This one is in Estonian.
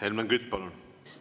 Helmen Kütt, palun!